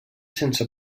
sense